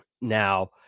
now